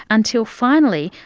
until finally,